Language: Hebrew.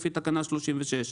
לפי תקנה 36,